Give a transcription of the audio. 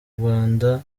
rwanda